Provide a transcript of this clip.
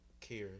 care